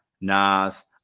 Nas